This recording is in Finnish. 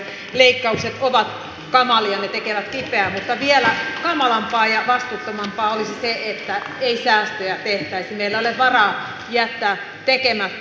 mutta vielä kamalampaa ja vastuuttomampaa olisi se että ei säästöjä tehtäisi meillä ei ole varaa jättää tekemättä